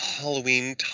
Halloween